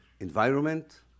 environment